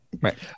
Right